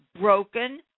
broken